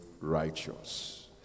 righteous